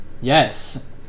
Yes